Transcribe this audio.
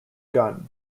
gunn